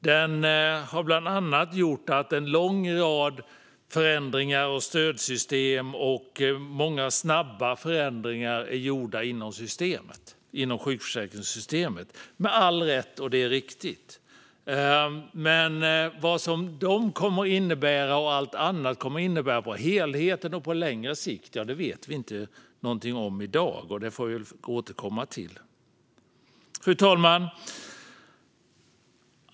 Den har bland annat inneburit en lång rad snabba förändringar inom stödsystem och sjukförsäkringssystemet. Det är rätt och riktigt. Men vad detta och allt annat kommer att innebära för helheten och på längre sikt vet vi inte någonting om i dag. Det får vi återkomma till. Fru talman!